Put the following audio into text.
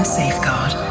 safeguard